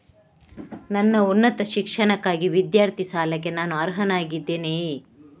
ನನ್ನ ಉನ್ನತ ಶಿಕ್ಷಣಕ್ಕಾಗಿ ವಿದ್ಯಾರ್ಥಿ ಸಾಲಕ್ಕೆ ನಾನು ಅರ್ಹನಾಗಿದ್ದೇನೆಯೇ?